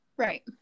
right